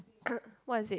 what is it